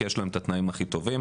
כי יש להם את התנאים הכי טובים.